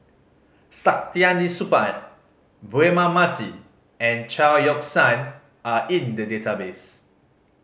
Saktiandi Supaat Braema Mathi and Chao Yoke San are in the database